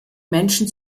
menschen